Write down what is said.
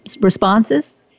responses